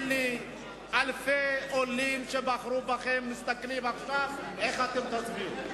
אלפי עולים שבחרו בכם מסתכלים עכשיו לראות איך אתם תצביעו.